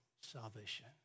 salvation